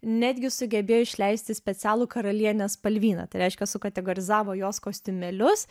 netgi sugebėjo išleisti specialų karalienės spalvyną tai reiškia sukategorizavo jos kostiumėlius